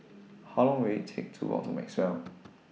How Long Will IT Take to Walk to Maxwell